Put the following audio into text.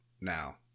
now